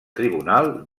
tribunal